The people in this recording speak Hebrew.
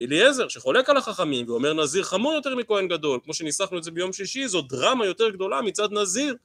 אליעזר שחולק על החכמים ואומר נזיר חמור יותר מכהן גדול, כמו שניסחנו את זה ביום שישי, זו דרמה יותר גדולה מצד נזיר.